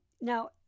Now